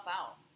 out